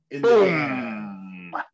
Boom